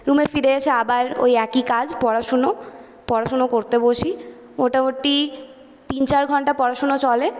রুমে ফিরে এসে আবার ওই একই কাজ পড়াশুনো পড়াশুনো করতে বসি মোটামুটি তিন চার ঘণ্টা পড়াশুনো চলে